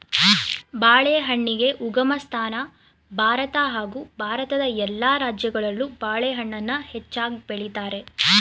ಬಾಳೆಹಣ್ಣಿಗೆ ಉಗಮಸ್ಥಾನ ಭಾರತ ಹಾಗೂ ಭಾರತದ ಎಲ್ಲ ರಾಜ್ಯಗಳಲ್ಲೂ ಬಾಳೆಹಣ್ಣನ್ನ ಹೆಚ್ಚಾಗ್ ಬೆಳಿತಾರೆ